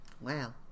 Wow